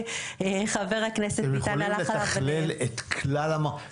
אתם יכולים לתכלל את כלל המרכיבים?